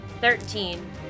Thirteen